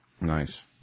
Nice